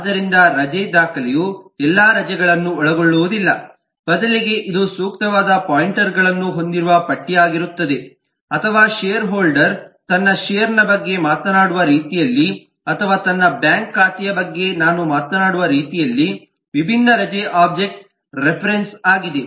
ಆದ್ದರಿಂದ ರಜೆ ದಾಖಲೆಯು ಎಲ್ಲಾ ರಜೆಗಳನ್ನು ಒಳಗೊಳ್ಳುವುದಿಲ್ಲ ಬದಲಿಗೆ ಇದು ಸೂಕ್ತವಾದ ಪಾಯಿಂಟರ್ಗಳನ್ನು ಹೊಂದಿರುವ ಪಟ್ಟಿಯಾಗಿರುತ್ತದೆ ಅಥವಾ ಷೇರ್ ಹೋಲ್ಡರ್ ತನ್ನ ಷೇರ್ನ ಬಗ್ಗೆ ಮಾತನಾಡುವ ರೀತಿಯಲ್ಲಿ ಅಥವಾ ನನ್ನ ಬ್ಯಾಂಕ್ ಖಾತೆಯ ಬಗ್ಗೆ ನಾನು ಮಾತನಾಡುವ ರೀತಿಯಲ್ಲಿ ವಿಭಿನ್ನ ರಜೆ ಒಬ್ಜೆಕ್ಟ್ಗಳ ರೆಫರೆನ್ಸ್ ಆಗಿದೆ